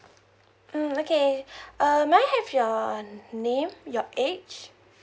mm okay uh may I have your name your age